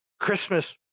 Christmas